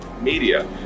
Media